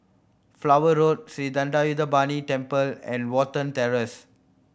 Flower Road Sri Thendayuthapani Temple and Watten Terrace